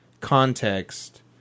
context